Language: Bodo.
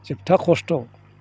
जोबथा खस्थ'